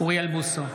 אוריאל בוסו,